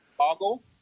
toggle